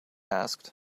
asked